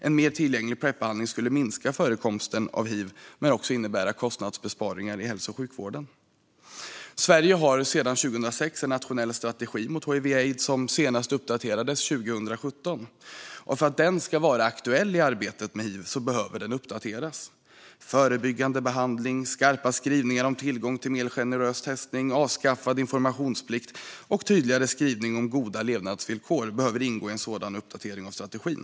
En mer tillgänglig Prepbehandling skulle minska förekomsten av hiv och också innebära kostnadsbesparingar i hälso och sjukvården. Sverige har sedan 2006 en nationell strategi mot hiv/aids som senast uppdaterades 2017. För att den ska vara aktuell i arbetet mot hiv behöver den uppdateras. Förebyggande behandling, skarpa skrivningar om tillgång till mer generös testning, avskaffad informationsplikt och tydligare skrivning om goda levnadsvillkor behöver ingå i en sådan uppdatering av strategin.